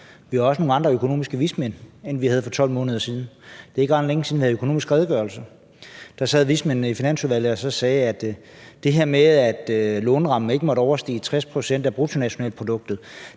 Vi har også nogle andre økonomiske vismænd, end vi havde for 12 måneder siden. Det er ikke ret længe siden, vi havde den økonomiske redegørelse, og der sad vismændene i Finansudvalget og sagde, at det her med, at lånerammen ikke må overstige 60 pct. af bruttonationalproduktet,